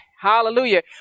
Hallelujah